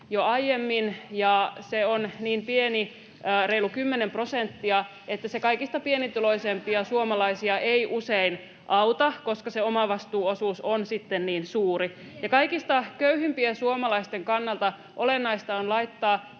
jo aiemmin, ja se on niin pieni, reilu 10 prosenttia, että kaikista pienituloisimpia suomalaisia se ei usein auta, [Sari Sarkomaa: Köyhälle iso raha!] koska se omavastuuosuus on sitten niin suuri. Kaikista köyhimpien suomalaisten kannalta olennaista on laittaa